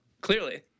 Clearly